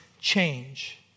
change